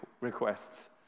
requests